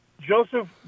Joseph